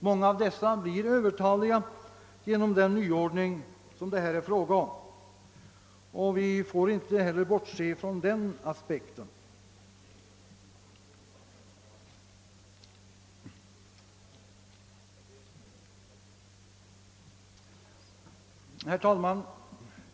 Många av dem blir övertaliga genom den nyordning som det här är fråga om, och vi får inte heller bortse från den aspekten. Herr talman!